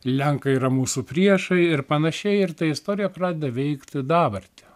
lenkai yra mūsų priešai ir panašiai ir ta istorija pradeda veikti dabartį